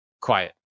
quiet